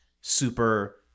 super